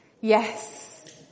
yes